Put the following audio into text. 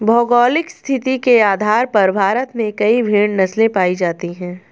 भौगोलिक स्थिति के आधार पर भारत में कई भेड़ नस्लें पाई जाती हैं